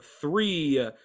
three